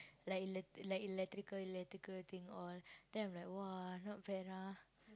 like le~ like electrical electrical thing all then I'm like !wah! not bad ah